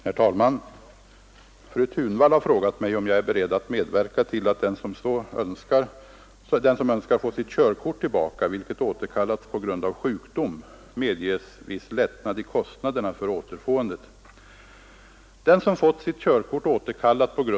Herr talman! Fru Thunvall har frågat mig om jag är beredd att medverka till att den som önskar få sitt körkort tillbaka, vilket återkallats på grund av sjukdom, medges viss lättnad i kostnaderna för återfåendet.